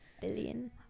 billion